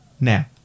now